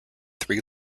three